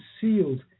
sealed